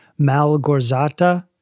Malgorzata